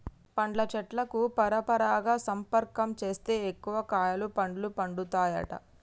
పండ్ల చెట్లకు పరపరాగ సంపర్కం చేస్తే ఎక్కువ కాయలు పండ్లు పండుతాయట